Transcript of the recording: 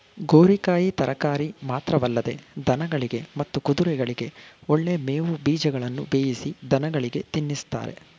ಗೋರಿಕಾಯಿ ತರಕಾರಿ ಮಾತ್ರವಲ್ಲದೆ ದನಗಳಿಗೆ ಮತ್ತು ಕುದುರೆಗಳಿಗೆ ಒಳ್ಳೆ ಮೇವು ಬೀಜಗಳನ್ನು ಬೇಯಿಸಿ ದನಗಳಿಗೆ ತಿನ್ನಿಸ್ತಾರೆ